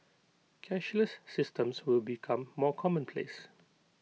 cashless systems will become more commonplace